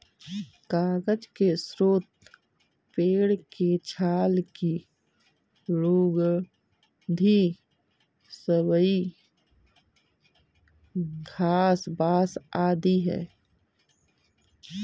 कागज के स्रोत पेड़ के छाल की लुगदी, सबई घास, बाँस आदि हैं